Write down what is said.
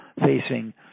facing